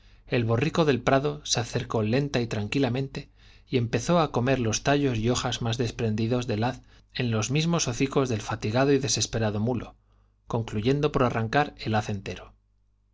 el borrico del prado se aprovechando aquella parada á comer los acercó lenta y tranquilamente y empezó tallos y hojas más desprendidos del haz en los mismos hocicos del fatigado y desesperado mulo concluyendo por arrancar el haz entero